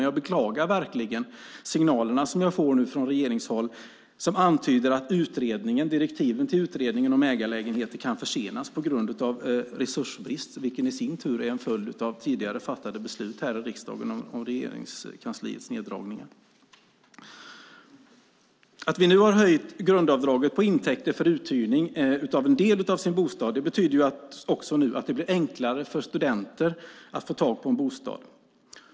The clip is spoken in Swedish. Jag beklagar verkligen de signaler som vi får från regeringshåll som antyder att direktiven till utredningen om ägarlägenheter kan försenas på grund av resursbrist, vilket i sin tur är en följd av tidigare fattade beslut här i riksdagen om neddragningar inom Regeringskansliet. Att vi nu har höjt grundavdraget på intäkter från uthyrning av del av sin bostad betyder att det blir enklare för studenter att få tag på en bostad.